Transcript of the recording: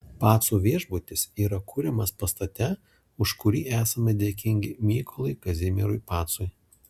pacų viešbutis yra kuriamas pastate už kurį esame dėkingi mykolui kazimierui pacui